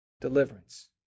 deliverance